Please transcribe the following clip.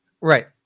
Right